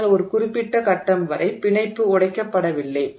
ஆனால் ஒரு குறிப்பிட்ட கட்டம் வரை பிணைப்பு உடைக்கப்படவில்லை